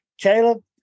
Caleb